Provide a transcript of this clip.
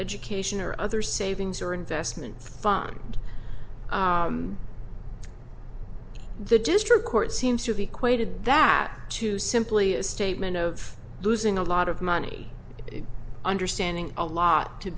education or other savings or investment fund the district court seems to be quoted that to simply est and of losing a lot of money it understanding a lot to